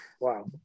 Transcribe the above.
wow